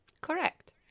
Correct